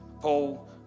Paul